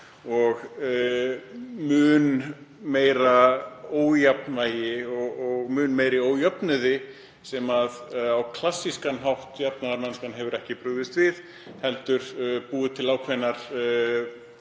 frá mun meira ójafnvægi og mun meiri ójöfnuði sem klassísk jafnaðarmennska hefur ekki brugðist við heldur búið til ákveðnar